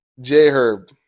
J-Herb